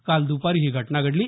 काल दुपारी ही घटना घडली